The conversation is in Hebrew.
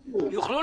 ישראל,